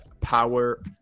power